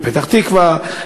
בפתח-תקווה,